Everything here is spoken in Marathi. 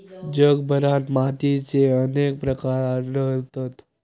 जगभरात मातीचे अनेक प्रकार आढळतत